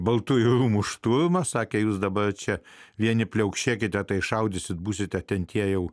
baltųjų rūmų šturmas sakė jūs dabar čia vieni pliaukšėkite tai šaudysite būsite ten tie jau